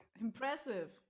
Impressive